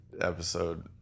episode